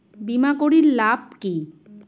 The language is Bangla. বিমা করির লাভ কি?